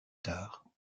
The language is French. tard